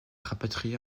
rapatrié